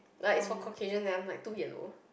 like its for Caucasians and I am like too yellow